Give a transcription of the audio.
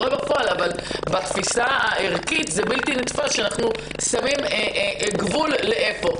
בתפיסה הערכית בלתי נתפס שאנחנו שמים גבול לאיפה.